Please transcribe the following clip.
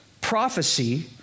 prophecy